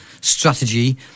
strategy